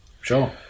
Sure